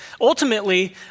Ultimately